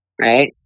right